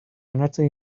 onartzen